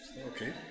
okay